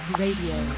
radio